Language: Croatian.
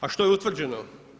A što je utvrđeno?